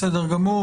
בסדר גמור.